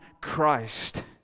Christ